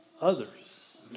others